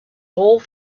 all